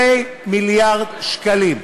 2 מיליארד שקלים.